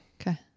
Okay